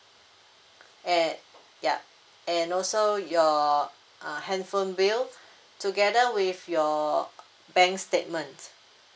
eh yup and also your uh handphone bill together with your bank statement